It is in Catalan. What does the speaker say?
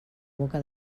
boca